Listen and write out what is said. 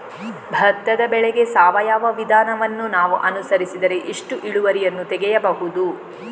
ಭತ್ತದ ಬೆಳೆಗೆ ಸಾವಯವ ವಿಧಾನವನ್ನು ನಾವು ಅನುಸರಿಸಿದರೆ ಎಷ್ಟು ಇಳುವರಿಯನ್ನು ತೆಗೆಯಬಹುದು?